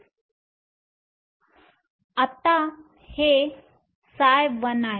तर हे A B आणि C आहेत आपण सर्व 3 जोडत आहोत आता हे ψ1 आहे